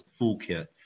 toolkit